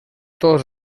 tots